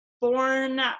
born